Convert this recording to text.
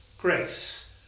Grace